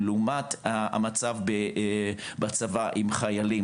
לעומת המצב בצבא עם חיילים,